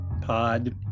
pod